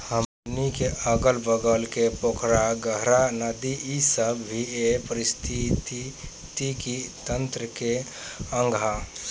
हमनी के अगल बगल के पोखरा, गाड़हा, नदी इ सब भी ए पारिस्थिथितिकी तंत्र के अंग ह